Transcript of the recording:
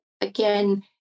again